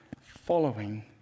Following